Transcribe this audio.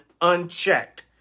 unchecked